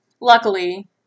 luckily